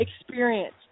experience